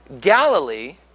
Galilee